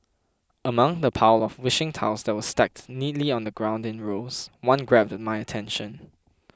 among the pile of wishing tiles that were stacked neatly on the ground in rows one grabbed my attention